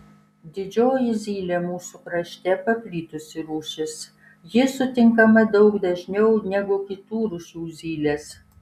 didžioji zylė mūsų krašte paplitusi rūšis ji sutinkama daug dažniau negu kitų rūšių zylės